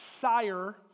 sire